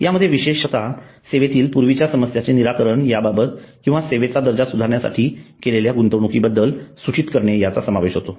यामध्ये विशेषतः सेवेतील पूर्वीच्या समस्यांचे निराकरण याबाबत किंवा सेवांचा दर्जा सुधारण्यासाठी केलेल्या गुंतवणूकीबद्दल सूचित करणे याचा समावेश होतो